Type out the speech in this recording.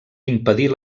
impedir